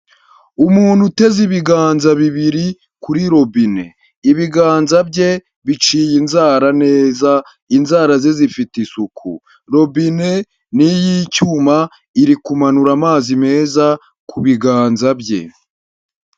Umuntu uteze ibiganza bibiri kuri robine, ibiganza bye biciye inzara neza inzara ze zifite isuku, robine ni iy'icyuma iri kumanura amazi meza ku biganza bye.